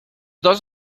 dos